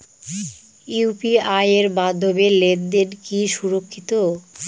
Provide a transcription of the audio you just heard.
UPI এর মাধ্যমে লেনদেন কি সুরক্ষিত?